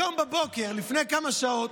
היום בבוקר, לפני כמה שעות,